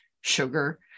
sugar